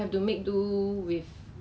during my I think